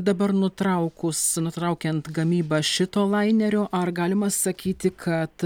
dabar nutraukus nutraukiant gamybą šito lainerio ar galima sakyti kad